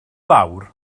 lawr